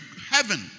heaven